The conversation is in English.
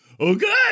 Okay